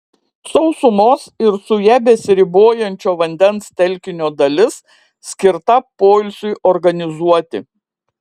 sausumos ir su ja besiribojančio vandens telkinio dalis skirta poilsiui organizuoti